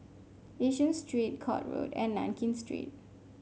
Yishun Street Court Road and Nankin Street